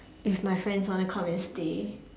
if my friends wanna come and stay